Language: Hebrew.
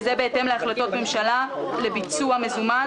וזה בהתאם להחלטות ממשלה לביצוע מזומן